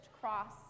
cross